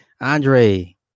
Andre